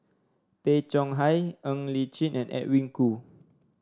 Tay Chong Hai Ng Li Chin and Edwin Koo